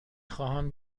خواهم